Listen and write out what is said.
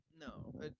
No